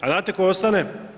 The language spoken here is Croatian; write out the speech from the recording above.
A znate tko ostane?